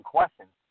questions